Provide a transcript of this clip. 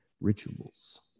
rituals